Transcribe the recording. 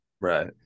Right